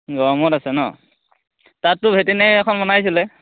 গড়মূৰত আছে ন তাততো ভেটেনেৰি এখন বনাইছিলে